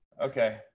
Okay